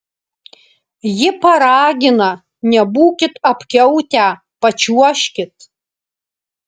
ji paragina nebūkit apkiautę pačiuožkit